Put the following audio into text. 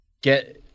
get